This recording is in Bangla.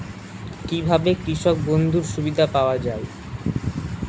কি ভাবে কৃষক বন্ধুর সুবিধা পাওয়া য়ায়?